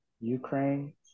Ukraine